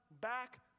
back